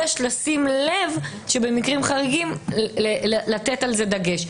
יש לשים לב שבמקרים חריגים לתת על זה דגש.